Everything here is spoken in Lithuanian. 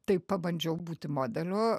tai pabandžiau būti modeliu